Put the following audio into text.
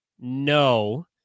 no